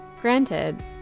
Granted